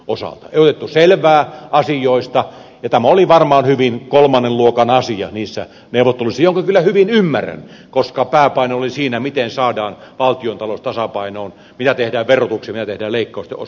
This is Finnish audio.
ei otettu selvää asioista ja tämä oli varmaan hyvin kolmannen luokan asia niissä neuvotteluissa minkä kyllä hyvin ymmärrän koska pääpaino oli siinä miten saadaan valtiontalous tasapainoon mitä tehdään verotuksen ja mitä tehdään leikkausten osalta